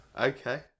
okay